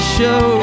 show